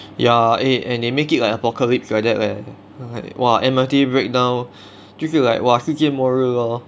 ya eh and they make it like apocalypse like that leh !wah! M_R_T breakdown 就 feel like !wah! 世界末日 lor